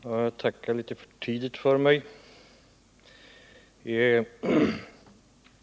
Herr talman! Jag tackade visst för mig litet för tidigt.